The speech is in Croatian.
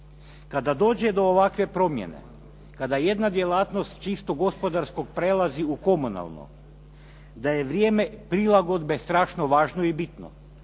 Kada dođe do ovakve promjene, kada jedna djelatnost s čistog gospodarskog prelazi u komunalno, da je vrijeme prilagodbe strašno važno i bitno.